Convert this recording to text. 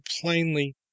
plainly